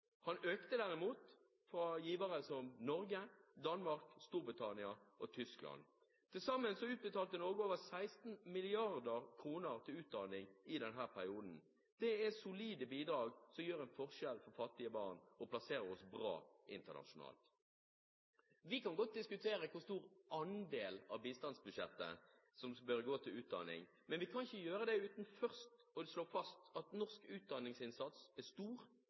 Tyskland. Til sammen utbetalte Norge over 16 mrd. kr til utdanning i denne perioden. Det er solide bidrag som gjør en forskjell for fattige barn, og plasserer oss bra internasjonalt. Vi kan godt diskutere hvor stor andel av bistandsbudsjettet som bør gå til utdanning, men vi kan ikke gjøre det uten først å slå fast at norsk utdanningsinnsats er stor,